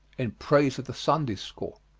in praise of the sunday-school.